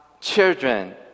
children